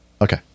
Okay